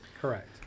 Correct